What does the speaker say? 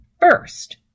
first